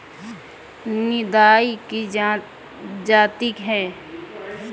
निदाई की जाती है?